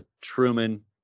Truman